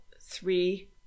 three